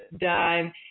done